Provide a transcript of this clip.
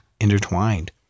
intertwined